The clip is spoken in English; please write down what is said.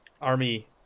Army